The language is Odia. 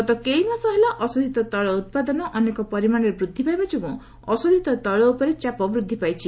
ଗତ କେଇ ମାସ ହେଲା ଅଶୋଧିତ ତୈଳ ଉତ୍ପାଦନ ଅନେକ ପରିମାଣରେ ବୃଦ୍ଧି ପାଇବା ଯୋଗୁଁ ଅଶୋଧିତ ତେିଳ ଉପରେ ଚାପ ବୃଦ୍ଧି ପାଇଛି